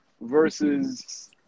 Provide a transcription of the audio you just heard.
versus